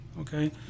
okay